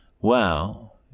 Well